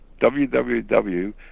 www